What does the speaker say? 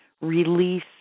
release